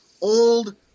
old